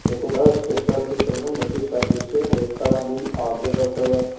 ਇੱਕ ਹੁੰਦਾ ਸਪੈਸ਼ਲਿਸਟ ਆਪਣਾ ਮਲਟੀ ਸਪੈਸ਼ਲਿਸਟ ਹੈ ਹਰੇਕ ਤਰ੍ਹਾਂ ਦੀ ਹਾਰਟ ਦੇ ਡੋਕਟਰ